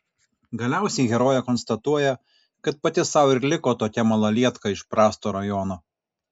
galiausiai herojė konstatuoja kad pati sau ir liko tokia malalietka iš prasto rajono